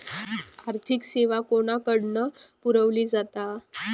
आर्थिक सेवा कोणाकडन पुरविली जाता?